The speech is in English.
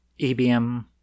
EBM